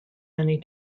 many